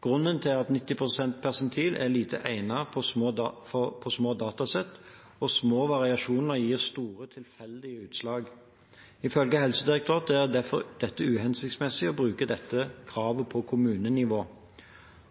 Grunnen er at 90 persentil er lite egnet på små datasett, og at små variasjoner gir store tilfeldige utslag. Ifølge Helsedirektoratet er det derfor uhensiktsmessig å bruke dette kravet på kommunenivå.